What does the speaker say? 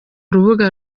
rubuga